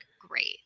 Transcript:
great